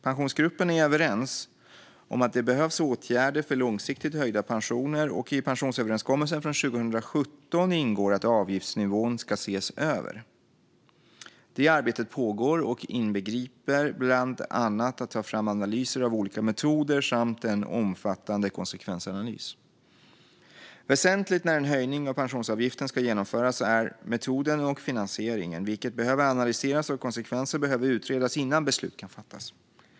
Pensionsgruppen är överens om att det behövs åtgärder för långsiktigt höjda pensioner, och i pensionsöverenskommelsen från 2017 ingår att avgiftsnivån ska ses över. Det arbetet pågår och inbegriper bland annat att ta fram analyser av olika metoder samt en omfattande konsekvensanalys. Väsentligt när en höjning av pensionsavgiften ska genomföras är metoden och finansieringen, vilket behöver analyseras, och konsekvenser behöver utredas innan beslut kan fattas.